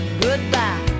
goodbye